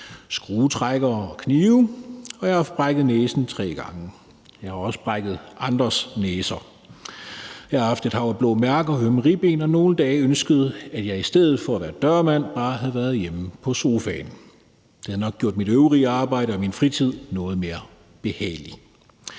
skruetrækkere og knive. Jeg har haft brækket næsen tre gange, og jeg har også brækket andres næser. Jeg har haft et hav af blå mærker og ømme ribben og nogle dage ønsket, at jeg i stedet for at være dørmand bare havde været hjemme på sofaen. Det havde nok gjort mit øvrige arbejde og min fritid noget mere behagelig.